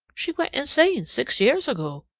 she went insane six years ago.